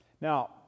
Now